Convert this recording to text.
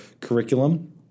curriculum